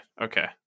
Okay